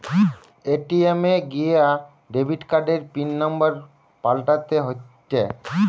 ATM এ গিয়া debit কার্ডের পিন নম্বর পাল্টাতে হয়েটে